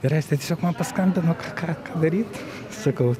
rasti tai tiesiog man paskambino ką daryt sakau